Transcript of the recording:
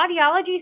audiology